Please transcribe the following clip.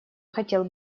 хотел